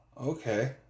Okay